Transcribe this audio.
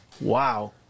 Wow